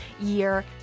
year